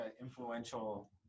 influential